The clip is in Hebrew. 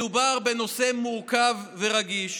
מדובר בנושא מורכב ורגיש.